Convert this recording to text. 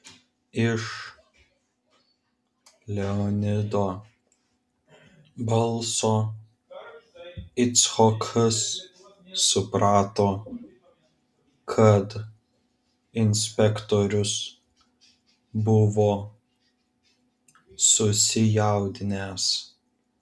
iš leonido balso icchokas suprato kad inspektorius buvo susijaudinęs